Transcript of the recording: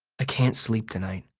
ah can't sleep tonight.